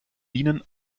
dienen